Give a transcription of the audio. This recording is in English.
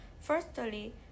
Firstly